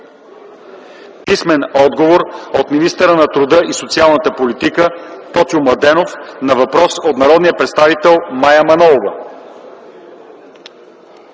Писмен отговор от министъра на труда и социалната политика Тотю Младенов на въпрос от народния представител Мая Манолова.